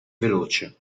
veloce